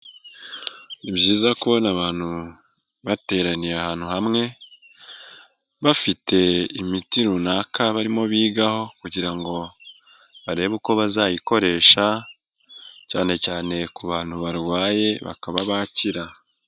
Ni byiza kubona abantu bateraniye ahantu hamwe, bafite imiti runaka barimo bigaho kugira ngo barebe uko bazayikoresha cyane cyane ku bantu barwaye bakaba bakira.